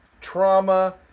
trauma